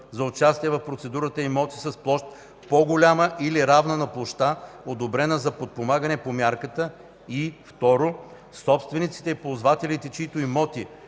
за участие в процедурата имоти с площ по-голяма или равна на площта, одобрена за подпомагане по мярката, и 2. собствениците и ползвателите, чиито имоти